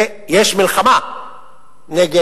ויש מלחמה נגד